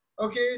okay